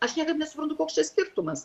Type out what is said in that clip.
aš niekaip nesuprantu koks čia skirtumas